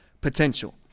potential